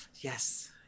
Yes